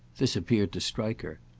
this appeared to strike her.